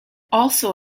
also